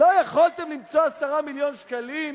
לא יכולתם למצוא 10 מיליון שקלים?